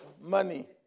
money